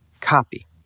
copy